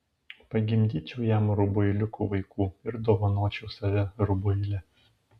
pagimdyčiau jam rubuiliukų vaikų ir dovanočiau save rubuilę